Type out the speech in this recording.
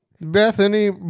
Bethany